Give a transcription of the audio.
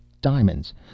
diamonds